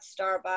Starbucks